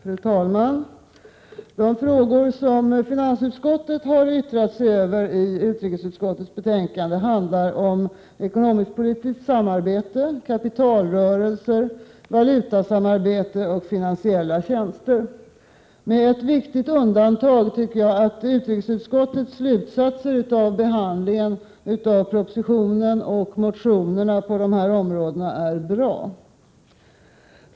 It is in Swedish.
Fru talman! De frågor som finansutskottet yttrat sig över, i bilaga till utrikesutskottets betänkande, handlar om ekonomisk-politiskt samarbete, kapitalrörelser, valutasamarbete och finansiella tjänster. Med ett viktigt 47 undantag tycker jag att utrikesutskottets slutsatser av behandlingen av propositionen och motionerna på dessa områden är bra.